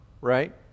Right